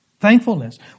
Thankfulness